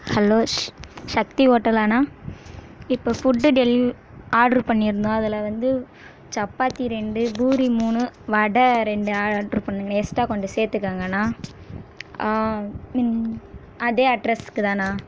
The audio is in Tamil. ஹலோ ஷ் ஷக்தி ஹோட்டல்லாண்ணா இப்போ ஃபுட்டு டெலிவ் ஆர்ட்ரு பண்ணியிருந்தோம் அதில் வந்து சப்பாத்தி ரெண்டு பூரி மூணு வடை ரெண்டு அர்ட்ரு பண்ணணுங்கண்ணா எஸ்ட்டா கொஞ்சம் சேர்த்துக்கங்கண்ணா இந் அதே அட்ரஸ்க்கு தான்ணா